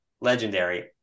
Legendary